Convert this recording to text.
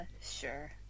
Sure